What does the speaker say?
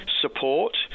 support